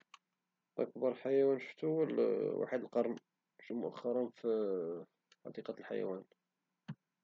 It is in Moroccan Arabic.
اكبر حيوان شتو هو وحيد القرن شتو مؤخرا في حديقة الحيوان